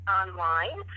online